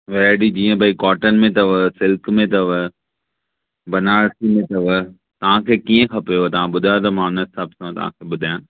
variety जीअं भाई cotton में अथव सिल्क में अथव बनारसी में अथव तव्हांखे कीअं खपेव तव्हां ॿुधायो त मां हुनजे हिसाब सां तव्हांखे ॿुधाया